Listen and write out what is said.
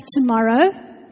tomorrow